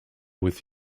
with